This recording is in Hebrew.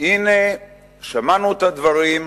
הנה שמענו את הדברים,